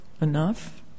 enough